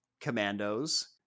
commandos